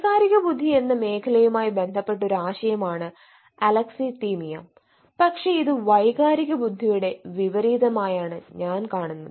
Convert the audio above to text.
വൈകാരിക ബുദ്ധി എന്ന മേഖലയുമായി ബന്ധപ്പെട്ട ഒരു ആശയമാണ് അലക്സിതിമിയ പക്ഷേ ഇത് വൈകാരിക ബുദ്ധിയുടെ വിപരീതമായാണ് ഞാൻ കാണുന്നത്